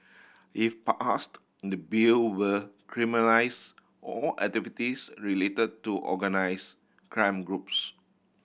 if passed the Bill will criminalise all activities related to organised crime groups